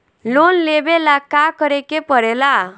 Loan लेबे ला का करे के पड़े ला?